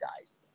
guys